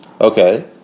Okay